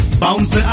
bounce